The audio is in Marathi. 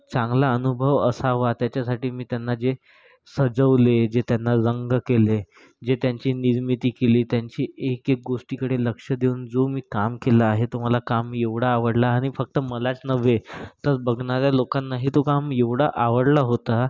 चांगला अनुभव असावा त्याच्यासाठी मी त्यांना जे सजवले जे त्यांना रंग केले जे त्यांची निर्मिती केली त्यांची एक एक गोष्टीकडे लक्ष देवून जो मी काम केलं आहे तो मला काम एवढा आवडला आणि फक्त मलाच नव्हे तर बघणाऱ्या लोकांनाही तो काम एवढा आवडला होता